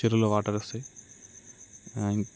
చెరువులో వాటర్ వస్తాయి ఇంక్